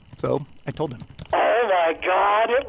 so i told him oh, my god.